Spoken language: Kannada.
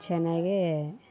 ಚೆನ್ನಾಗಿ